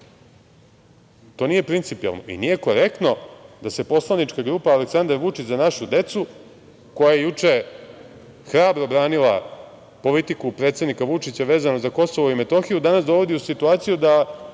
To nije principijelno i nije korektno da se poslanička grupa Aleksandar Vučić – Za našu decu, koja je juče hrabro branila politiku predsednika Vučića vezano za Kosovo i Metohiju, danas dovodi u situaciju da